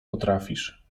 potrafisz